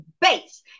base